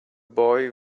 boy